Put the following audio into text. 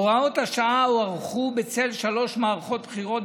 הוראות השעה הוארכו באופן אוטומטי בשל שלוש מערכות בחירות,